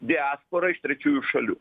diasporą iš trečiųjų šalių